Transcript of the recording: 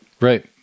Right